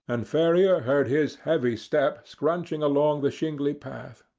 and ferrier heard his heavy step scrunching along the shingly path.